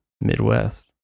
midwest